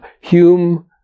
Hume